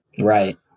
Right